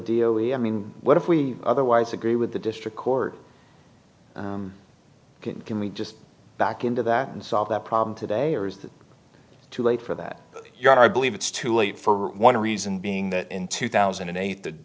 delia i mean what if we otherwise agree with the district court can we just back into that and solve that problem today or is that too late for that you are believe it's too late for one reason being that in two thousand and eight